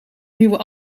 nieuwe